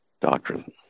doctrine